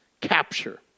capture